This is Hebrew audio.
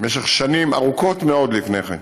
במשך שנים ארוכות מאוד לפני כן.